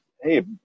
Hey